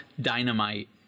dynamite